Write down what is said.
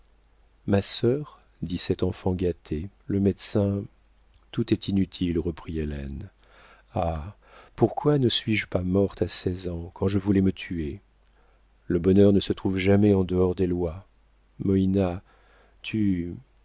ma sœur dit cette enfant gâtée le médecin tout est inutile reprit hélène ah pourquoi ne suis-je pas morte à seize ans quand je voulais me tuer le bonheur ne se trouve jamais en dehors des lois moïna tu